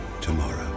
tomorrow